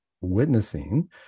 witnessing